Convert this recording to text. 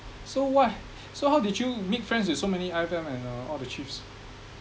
so what h~ so how did you meet friends with so many and uh and the chips